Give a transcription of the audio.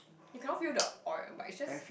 you cannot feel the oil one but it's just